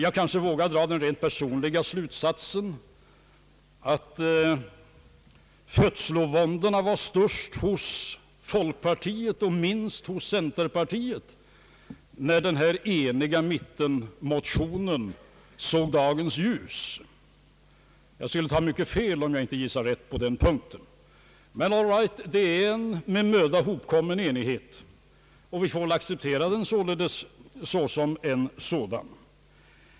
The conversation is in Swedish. Jag kanske vågar dra den rent personliga slutsatsen att födslovåndorna var störst hos folkpartiet och minst hos centerpartiet, när denna den eniga mittens motion såg dagens ljus. Jag skulle ta mycket fel om jag inte gissar rätt på den punkten. Men all right, det är en med möda hopkommen enighet, och vi får acceptera den som en sådan.